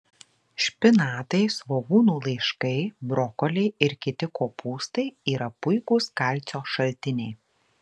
špinatai svogūnų laiškai brokoliai ir kiti kopūstai yra puikūs kalcio šaltiniai